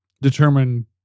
determine